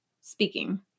speaking